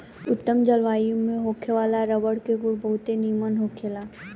उत्तम जलवायु में होखे वाला रबर के गुण बहुते निमन होखेला